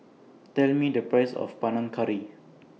Tell Me The Price of Panang Curry